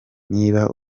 niba